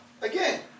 again